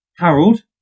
Harold